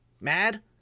mad